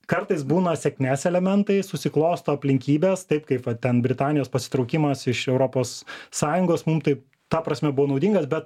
kartais būna sėkmės elementai susiklosto aplinkybės taip kaip va ten britanijos pasitraukimas iš europos sąjungos mum taip ta prasme buvo naudingas bet